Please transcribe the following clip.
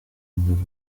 imbere